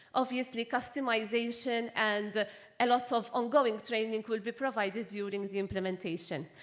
obviously, customization and a lot of ongoing training will be provided during the implementation.